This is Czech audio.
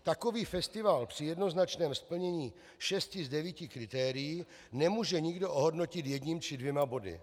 Takový festival při jednoznačném splnění šesti z devíti kritérií nemůže nikdo ohodnotit jedním či dvěma body.